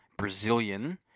Brazilian